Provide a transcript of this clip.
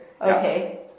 Okay